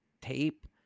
tape